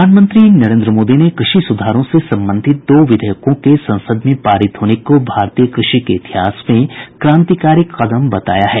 प्रधानमंत्री नरेंद्र मोदी ने कृषि सुधारों से संबंधित दो विधेयकों के संसद में पारित होने को भारतीय कृषि के इतिहास में क्रांतिकारी कदम बताया है